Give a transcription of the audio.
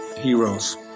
heroes